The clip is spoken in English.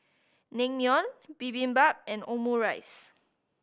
Naengmyeon Bibimbap and Omurice